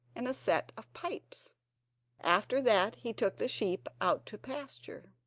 and a set of pipes after that he took the sheep out to pasture.